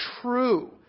true